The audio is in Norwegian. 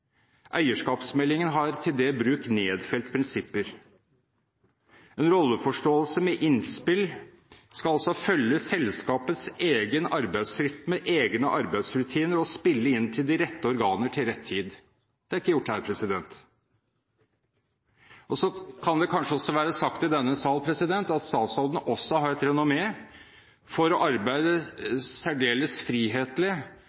Eierskapsmeldingen har for den bruk nedfelt prinsipper. En rolleforståelse med innspill skal altså følge selskapets egen arbeidsrytme og egne arbeidsrutiner og spille inn til de rette organer til rett tid. Det er ikke gjort her. Så kan det kanskje også ha vært sagt i denne sal at statsråden har et renommé når det gjelder å arbeide